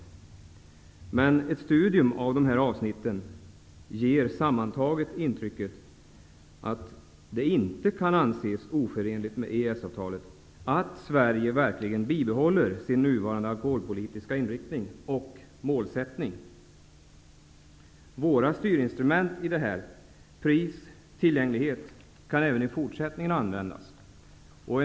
Men ett studium av dessa artiklar ger det sammantagna intrycket att det inte kan anses oförenligt med EES-avtalet att Sverige verkligen bibehåller sin nuvarande alkoholpolitiska inriktning och målsättning. Våra styrinstrument -- pris och tillgänglighet -- kan även användas i fortsättningen.